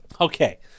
Okay